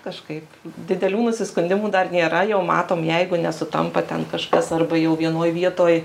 kažkaip didelių nusiskundimų dar nėra jau matom jeigu nesutampa ten kažkas arba jau vienoj vietoj